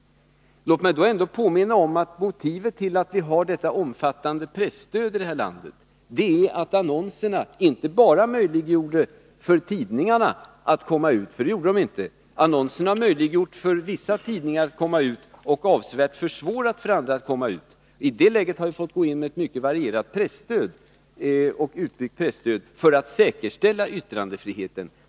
Låt mig då påminna om att motivet till att vi har det omfattande presstödet här i landet inte bara är att annonserna skulle möjliggöra för tidningarna att komma ut. Det gjorde de nämligen inte. Annonserna har möjliggjort för vissa tidningar att komma ut, men avsevärt försvårat för andra att göra det. I det läget har vi fått gå in med ett utbyggt, mycket varierat presstöd för att säkerställa yttrandefriheten.